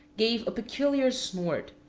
gave a peculiar snort,